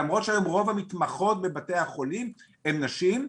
למרות שהיום רוב המתמחות בבתי החולים הן נשים,